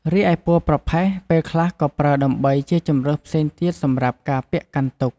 រីឯពណ៌ប្រផេះ ពេលខ្លះក៏ប្រើដើម្បីជាជម្រើសផ្សេងទៀតសម្រាប់ការពាក់កាន់ទុក្ខ។